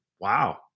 wow